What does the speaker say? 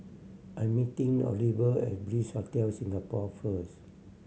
I'm meeting Oliver at Bliss Hotel Singapore first